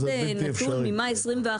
זה בלתי אפשרי.